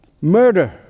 murder